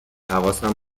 حواسم